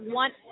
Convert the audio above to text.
one